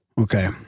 okay